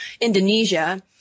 Indonesia